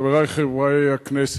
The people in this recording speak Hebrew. חברי חברי הכנסת,